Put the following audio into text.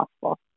possible